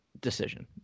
decision